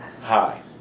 Hi